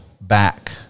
back